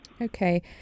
Okay